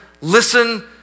listen